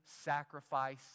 sacrifice